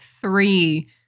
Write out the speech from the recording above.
three